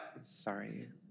sorry